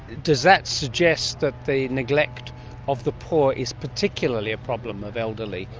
does that suggest that the neglect of the poor is particularly a problem of elderly,